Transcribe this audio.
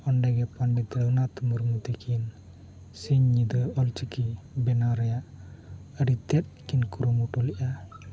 ᱚᱸᱰᱮᱜᱮ ᱯᱚᱸᱰᱤᱛ ᱨᱚᱜᱷᱩᱱᱟᱛᱷ ᱢᱩᱨᱢᱩ ᱛᱟᱹᱠᱤᱱ ᱥᱤᱧ ᱧᱤᱫᱟᱹ ᱚᱞᱪᱤᱠᱤ ᱵᱮᱱᱟᱣ ᱨᱮᱭᱟᱜ ᱟᱹᱰᱤ ᱛᱮᱫ ᱠᱤᱱ ᱠᱩᱨᱩᱢᱩᱴᱩ ᱞᱮᱜᱼᱟ